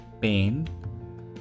pain